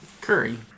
Curry